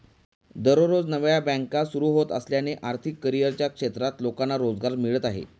दररोज नव्या बँका सुरू होत असल्याने आर्थिक करिअरच्या क्षेत्रात लोकांना रोजगार मिळत आहे